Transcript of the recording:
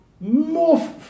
more